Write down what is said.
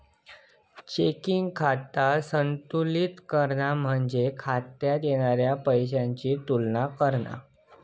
checking खाता संतुलित करणा म्हणजे खात्यात येणारा पैशाची तुलना करणा